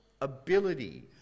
ability